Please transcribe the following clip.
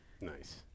Nice